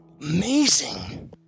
Amazing